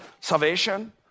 Salvation